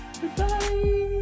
Goodbye